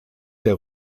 der